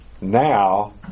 now